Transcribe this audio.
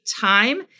time